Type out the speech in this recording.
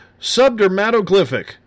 Subdermatoglyphic